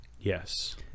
Yes